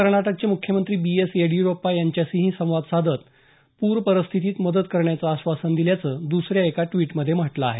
कर्नाटकचे मुख्यमंत्री B S Yediyurappa यांच्याशीही संवाद साधत पूर परिस्थितीत मदत करण्याचं आश्वासन दिल्याचं दुसऱ्या एका ट्वीटमध्ये म्हटलं आहे